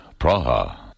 Praha